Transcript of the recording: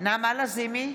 נעמה לזימי,